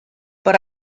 but